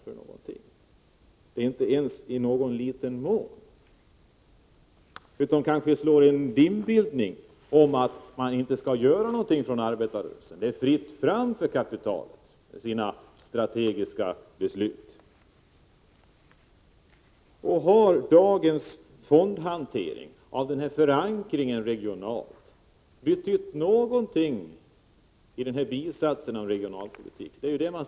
De påverkar inte ens i någon liten mån. De kanske skapar dimbildning för att arbetarrörelsen inte skall göra något — det är fritt fram för kapitalet att fatta sina strategiska beslut. Har dagens fondhantering av den regionala förankringen betytt något när det gäller den här bisatsen om regionalpolitiken?